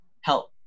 help